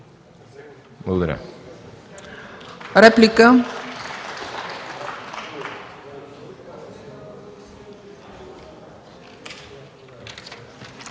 Благодаря. Реплики?